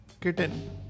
Kitten